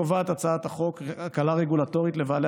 קובעת הצעת החוק הקלה רגולטורית לבעלי